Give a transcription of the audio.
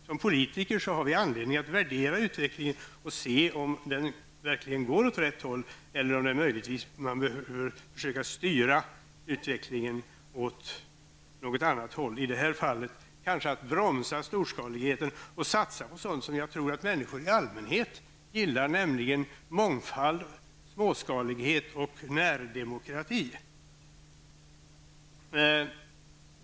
Som politiker har vi anledning att värdera utvecklingen och se om den verkligen går åt rätt håll eller om utvecklingen behöver styras åt något annat håll. I det fallet kan det gälla att bromsa storskaligheten och satsa på sådant som jag tror att människor i allmänhet gillar, nämligen mångfald, småskalighet och närdemokrati.